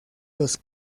los